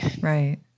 Right